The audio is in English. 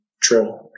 True